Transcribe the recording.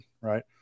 right